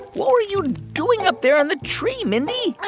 what were you doing up there in the tree, mindy?